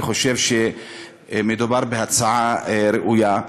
אני חושב שמדובר בהצעה ראויה.